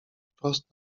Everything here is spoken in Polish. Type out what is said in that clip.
wprost